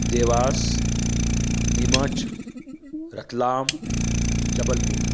Dewas Neemuch Ratlam Jabalpur